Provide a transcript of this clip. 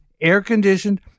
air-conditioned